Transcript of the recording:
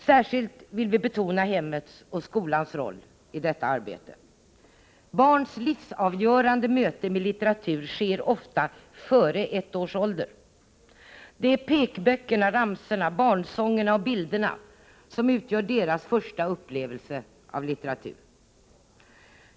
Särskilt vill vi betona hemmets och skolans roll i detta arbete. Barns livsavgörande möte med litteratur sker oftast före ett års ålder. Det är pekböckerna, ramsorna, barnsångerna och bilderna som utgör deras upplevelser av litteratur.